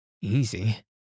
Easy